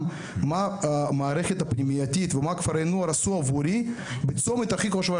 מה המערכת הפנימייתית וכפרי הנוער עשו עבורי בצומת הכי חשובה